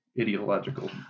ideological